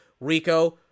Rico